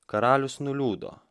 karalius nuliūdo